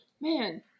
Man